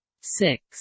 six